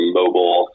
mobile